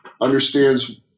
understands